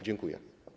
Dziękuję.